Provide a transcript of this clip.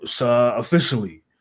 officially